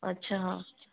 अच्छा